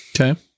Okay